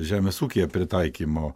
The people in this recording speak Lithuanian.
žemės ūkyje pritaikymo